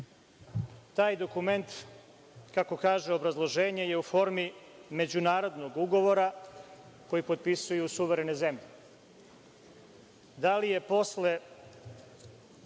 Taj dokument, kako kaže obrazloženje, je u formi međunarodnog ugovora koji potpisuju suverene zemlje. Da li je posle